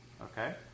Okay